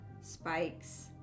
Spikes